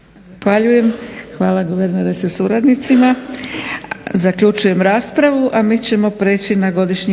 Hvala guverneru sa suradnicima.